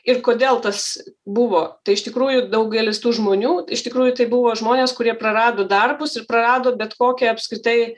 ir kodėl tas buvo tai iš tikrųjų daugelis tų žmonių iš tikrųjų tai buvo žmonės kurie prarado darbus ir prarado bet kokį apskritai